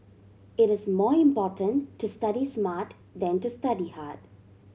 it is more important to study smart than to study hard